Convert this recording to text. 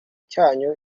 cyanyu